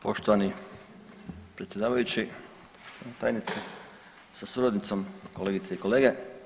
Poštovani predsjedavajući, tajnici sa suradnicom, kolegice i kolege.